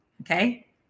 okay